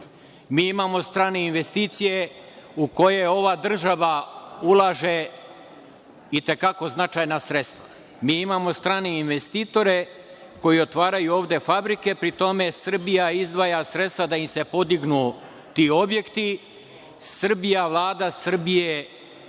imamo strane investicije u koje ova država ulaže i te kako značajna sredstva. Mi imamo strane investitore koji otvaraju ovde fabrike, pri tome Srbija izdvaja sredstva da im se podignu ti objekti, Vlada Srbije